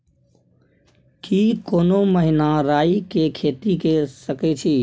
की कोनो महिना राई के खेती के सकैछी?